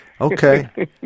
Okay